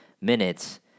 minutes